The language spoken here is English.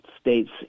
states